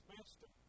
Master